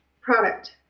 product